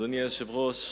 אדוני היושב-ראש,